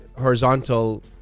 horizontal